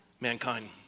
mankind